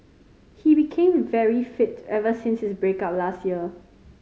he became very fit ever since his break up last year